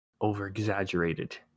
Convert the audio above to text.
over-exaggerated